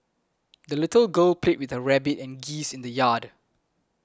the little girl played with her rabbit and geese in the yard